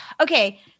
okay